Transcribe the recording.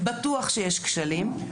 בטוח שיש כשלים.